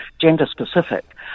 gender-specific